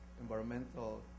environmental